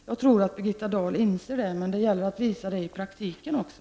Jag tror att Birigitta Dahl inser det, men det gäller att visa det i praktiken också.